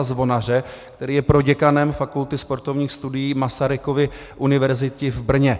Zvonaře, který je proděkanem Fakulty sportovních studií Masarykovy univerzity v Brně.